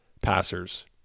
passers